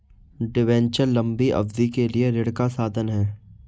debenture लंबी अवधि के लिए ऋण का साधन है